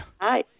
Hi